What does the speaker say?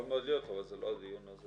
יכול מאוד להיות אבל זה לא הדיון הזה.